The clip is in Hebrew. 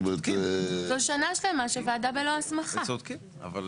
יכול להיות שהם צודקים.